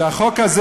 שהחוק הזה,